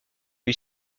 lui